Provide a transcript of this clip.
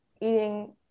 eating